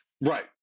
Right